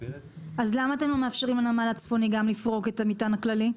אז למה אתם לא מאפשרים לנמל הצפוני גם לפרוק את המטען הכללי?